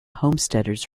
homesteaders